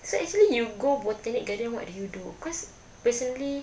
so actually you go botanic garden what do you do cause personally